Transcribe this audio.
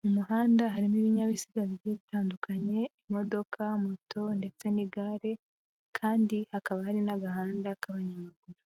mu muhanda harimo ibinyabiziga bigiye bitandukanye imodoka, moto, ndetse n'igare kandi hakaba hari n'agahanda k'abanyamaguru.